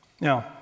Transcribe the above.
Now